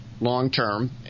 long-term